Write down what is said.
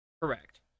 Correct